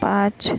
पाच